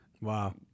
Wow